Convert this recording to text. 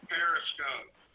Periscope